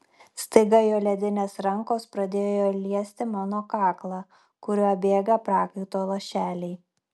staiga jo ledinės rankos pradėjo liesti mano kaklą kuriuo bėgo prakaito lašeliai